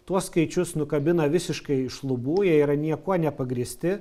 tuos skaičius nukabina visiškai iš lubų jie yra niekuo nepagrįsti